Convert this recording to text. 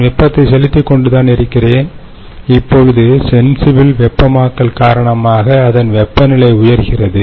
நான் வெப்பத்தை செலுத்திக் கொண்டு தான் இருக்கிறேன் இப்பொழுது சென்சிபில் வெப்பமாக்கல் காரணமாக அதன் வெப்பநிலை உயர்கிறது